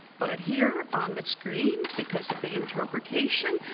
but here on the screen, because of the interpretation,